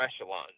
echelon